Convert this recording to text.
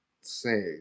say